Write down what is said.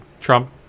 Trump